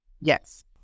Yes